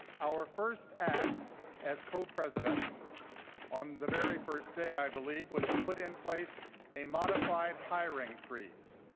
our first act as co-presidents on the very first day, i believe, was to put in place a modified hiring freeze.